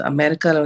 America